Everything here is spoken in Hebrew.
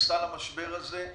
נכנסה למשבר הזה,